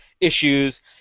issues